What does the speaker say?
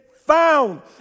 found